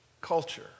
culture